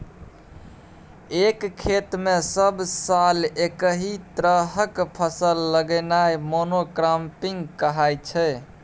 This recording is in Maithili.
एक खेत मे सब साल एकहि तरहक फसल लगेनाइ मोनो क्राँपिंग कहाइ छै